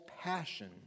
passion